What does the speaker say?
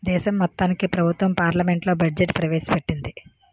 దేశం మొత్తానికి ప్రభుత్వం పార్లమెంట్లో బడ్జెట్ ప్రవేశ పెట్టింది